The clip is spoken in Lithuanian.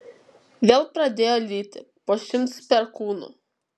vėl pradėjo lyti po šimts perkūnų